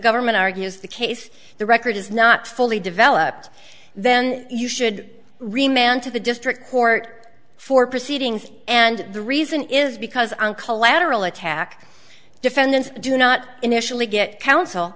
government argues the case the record is not fully developed then you should remain on to the district court for proceedings and the reason is because on collateral attack defendants do not initially get coun